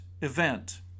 event